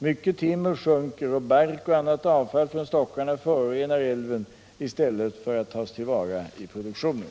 Mycket timmer sjunker och bark och annat avfall från stockarna förorenar älven i stället för att tas till vara i produktionen.